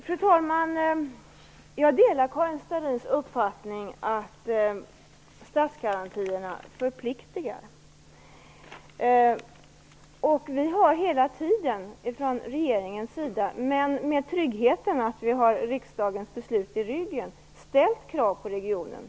Fru talman! Jag delar Karin Starrins uppfattning att statsgarantierna förpliktar. Regeringen har hela tiden, med tryggheten att vi har riksdagens beslut i ryggen, ställt krav på regionen.